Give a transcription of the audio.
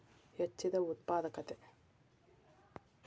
ಹೆಚ್ಚಿದ ಉತ್ಪಾದಕತೆ